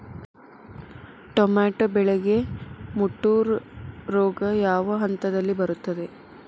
Tomato ಬೆಳೆಗೆ ಮುಟೂರು ರೋಗ ಯಾವ ಹಂತದಲ್ಲಿ ಬರುತ್ತೆ?